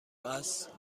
است